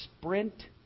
sprint